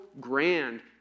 grand